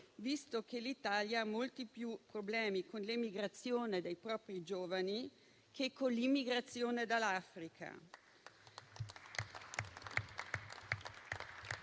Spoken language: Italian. visto che l'Italia ha molti più problemi con l'emigrazione dei propri giovani che con l'immigrazione dall'Africa.